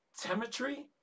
temetry